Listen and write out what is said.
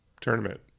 tournament